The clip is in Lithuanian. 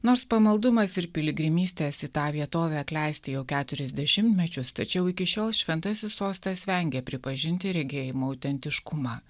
nors pamaldumas ir piligrimystės į tą vietovę klesti jau keturis dešimtmečius tačiau iki šiol šventasis sostas vengia pripažinti regėjimo autentiškumą